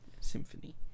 Symphony